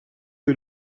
que